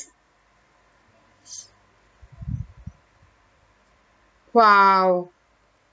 !wow!